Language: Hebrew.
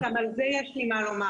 גם על זה יש לי מה לומר,